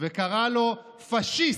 וקראה לו: פשיסט,